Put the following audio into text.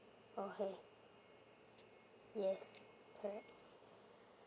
okay yes correct